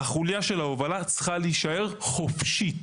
החולייה של ההובלה צריכה להישאר חופשית.